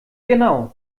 genau